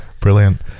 Brilliant